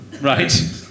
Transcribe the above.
Right